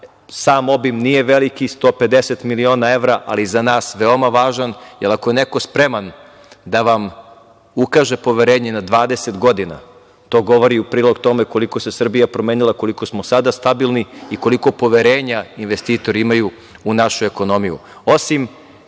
Sam obim nije veliki, 150 miliona evra, ali za nas veoma važan, jer ako je neko spreman da vam ukaže poverenje na 20 godina, to govori u prilog tome koliko se Srbija promenila, koliko smo sada stabilni i koliko poverenja investitori imaju u našu ekonomiju. Osim